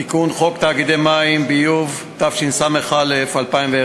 תיקון חוק תאגידי מים וביוב, התשס"א 2001,